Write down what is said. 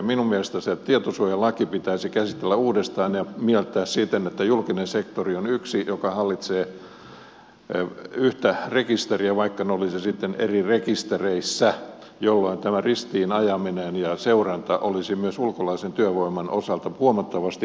minun mielestäni se tietosuojalaki pitäisi käsitellä uudestaan ja mieltää siten että julkinen sektori on yksi joka hallitsee yhtä rekisteriä vaikka ne olisivat sitten eri rekistereissä jolloin tämä ristiinajaminen ja seuranta olisi myös ulkolaisen työvoiman osalta huomattavasti helpompaa